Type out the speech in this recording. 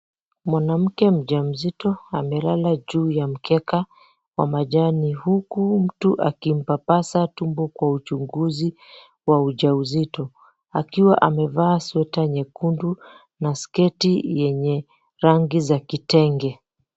Mwanamke mjamzito amelala juu ya mkeka wa majani huku mtu akimpapasa tumbo kwa uchunguzi wa ujauzito, akiwa amevaa sweta nyekundu na sketi yenye rangi za kitenge.